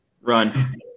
Run